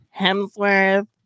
Hemsworth